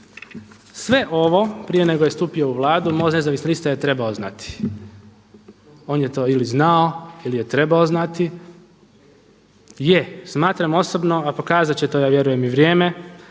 Sve ovo prije nego je stupio u Vladu Most nezavisnih lista je trebao znati, on je to ili znao ili je trebao znati, je smatram osobno a pokazat će to ja vjerujem i vrijeme